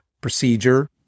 procedure